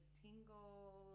tingle